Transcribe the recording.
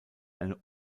eine